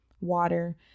water